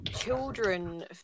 children